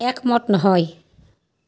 একমত নহয়